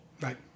Right